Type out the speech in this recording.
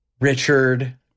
Richard